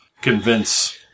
convince